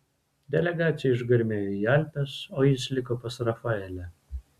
delegacija išgarmėjo į alpes o jis liko pas rafaelę